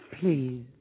Please